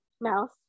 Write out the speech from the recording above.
mouse